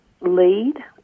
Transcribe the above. lead